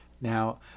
Now